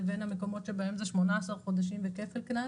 לבין המקומות שבהם זה 18 חודשים וכפל קנס.